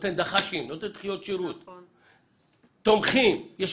נותן דחיות שירות, הם תומכים, יש